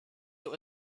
this